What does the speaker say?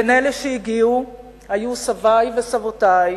בין אלה שהגיעו היו סבי וסבותי,